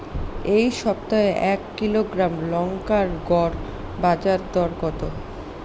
এই সপ্তাহে এক কিলোগ্রাম লঙ্কার গড় বাজার দর কত?